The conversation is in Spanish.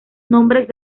nombres